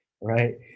Right